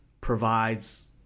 provides